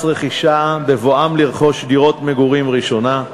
רכישה בבואם לרכוש דירת מגורים ראשונה.